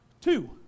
Two